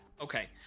okay